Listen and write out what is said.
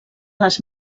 les